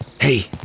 Hey